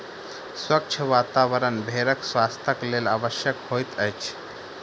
स्वच्छ वातावरण भेड़क स्वास्थ्यक लेल आवश्यक होइत अछि